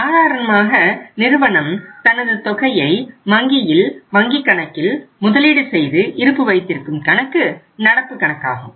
சாதாரணமாக நிறுவனம் தனது தொகையை வங்கியில் வங்கி கணக்கில் முதலீடு செய்து இருப்பு வைத்திருக்கும் கணக்கு நடப்பு கணக்காகும்